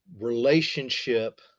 relationship